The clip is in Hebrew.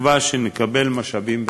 בתקווה שנקבל משאבים בקרוב.